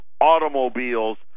automobiles